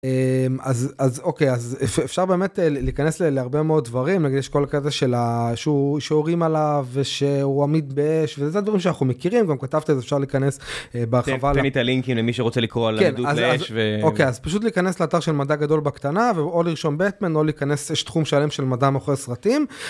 אז אוקיי אז אפשר באמת להיכנס להרבה מאוד דברים יש כל כזה של השיעורים עליו ושהוא עמיד באש וזה דברים שאנחנו מכירים גם כתבתי אפשר להיכנס. בחבל איתה לינקים למי שרוצה לקרוא על עדות אוקיי אז פשוט להיכנס לאתר של מדע גדול בקטנה ואו לרשום בטמן או להיכנס יש תחום שלם של מדע מוכר סרטים.